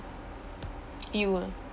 you ah